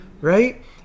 right